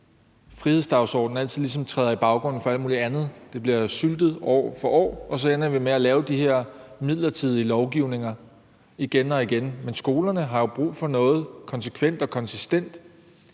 frihedsdagsorden ligesom altid træder i baggrunden for alt muligt andet. Det bliver syltet år for år, og så ender vi med at lave de her midlertidige lovgivninger igen og igen. Men skolerne har jo brug for noget konsekvent og konsistent,